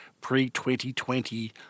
pre-2020